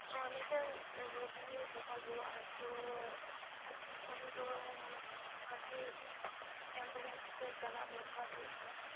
ᱢᱤᱫᱴᱮᱱ ᱨᱩᱜᱤ ᱡᱚᱠᱷᱚᱱ ᱨᱩᱣᱟᱹᱜᱼᱟᱭ ᱛᱚ ᱩᱱᱤᱫᱚ ᱢᱟᱱᱮ ᱟᱨᱠᱤ ᱮᱢᱵᱩᱞᱮᱱᱥ ᱛᱮ ᱪᱟᱞᱟᱜ ᱫᱚᱨᱠᱟᱨ ᱦᱩᱭᱩᱜ ᱠᱷᱟᱡ